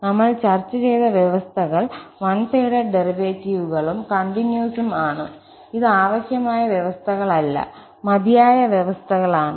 അതിനാൽ നമ്മൾ ചർച്ച ചെയ്ത വ്യവസ്ഥകൾ വൺ സൈഡഡ് ഡെറിവേറ്റീവുകളും കണ്ടിന്യൂസും ആണ് ഇത് ആവശ്യമായ വ്യവസ്ഥകളല്ല മതിയായ വ്യവസ്ഥകളാണ്